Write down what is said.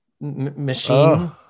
machine